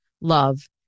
love